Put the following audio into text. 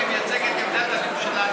כמייצג את עמדת הממשלה,